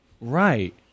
Right